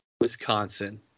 Wisconsin